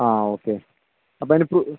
ആ ഓക്കെ അപ്പം ഇനി